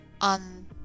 on